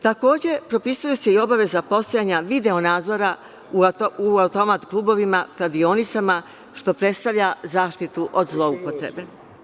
Takođe propisuje se i obaveza postojanja video nadzora u automat klubovima, kladionicama, što predstavlja zaštitu od zloupotrebe.